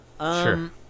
Sure